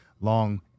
long